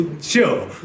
chill